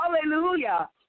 Hallelujah